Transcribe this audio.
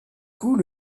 coup